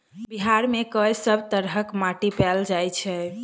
बिहार मे कऽ सब तरहक माटि पैल जाय छै?